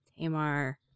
Tamar